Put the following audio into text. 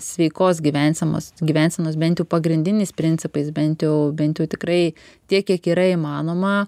sveikos gyvensenos gyvensenos bent jau pagrindiniais principais bent jau bent jau tikrai tiek kiek yra įmanoma